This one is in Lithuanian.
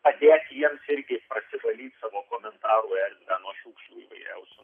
padėti jiems irgi prasivalyt savo komentarų erdvę ten nuo šiukšlių įvairiausių